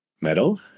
metal